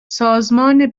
سازمان